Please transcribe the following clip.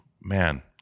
Man